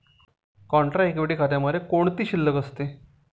Contra equity खात्यामध्ये कोणती शिल्लक असते?